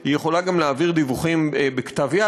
היא יכולה גם להעביר דיווחים בכתב-יד.